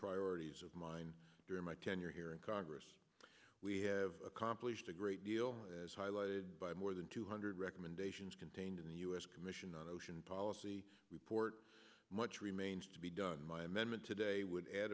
priorities of mine during my tenure here in congress we have accomplished a great deal as highlighted by more than two hundred recommendations contained in the u s commission on ocean policy report much remains to be done my amendment today would add